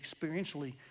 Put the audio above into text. experientially